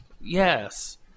Yes